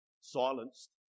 silenced